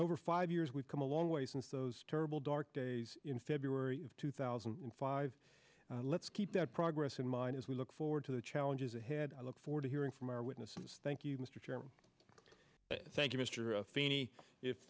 over five years we've come a long way since those terrible dark days in february of two thousand and five let's keep that progress in mind as we look forward to the challenges ahead i look forward to hearing from our witnesses thank you mr chairman thank you mr feeney if